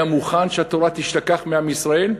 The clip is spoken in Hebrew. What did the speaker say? היה מוכן שהתורה תשתכח מעם ישראל,